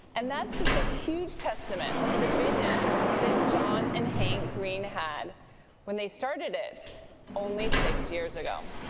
and that's just a huge testament to the vision that john and hank green had when they started it only six years ago.